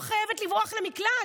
היא לא חייבת לברוח למקלט.